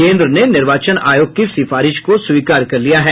केंद्र ने निर्वाचन आयोग की सिफारिश को स्वीकार कर लिया है